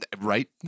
Right